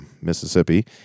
Mississippi